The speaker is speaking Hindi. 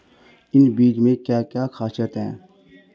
इन बीज में क्या क्या ख़ासियत है?